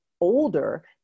older